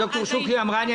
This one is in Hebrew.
ד"ר שוקי אמרני.